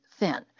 thin